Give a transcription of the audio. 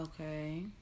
okay